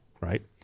Right